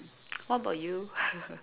what about you